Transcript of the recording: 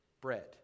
bread